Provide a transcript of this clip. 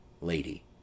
Lady